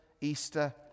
Easter